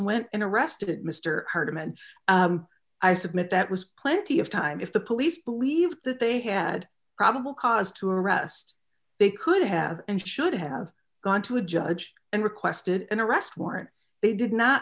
went in arrested mr hardiman i submit that was plenty of time if the police believed that they had probable cause to arrest they could have and should have gone to a judge and requested an arrest warrant they did not